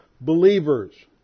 believers